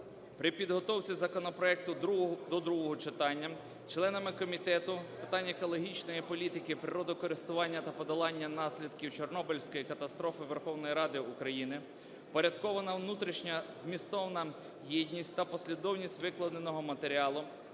При підготовці законопроекту до другого читання членами Комітету з питань екологічної політики, природокористування та подолання наслідків Чорнобильської катастрофи Верховної Ради України впорядкована внутрішня змістовна єдність та послідовність викладеного матеріалу,